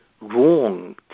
wrong